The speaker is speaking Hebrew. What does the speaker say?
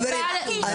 חברים,